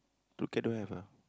True Care don't have ah